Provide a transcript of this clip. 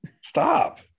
stop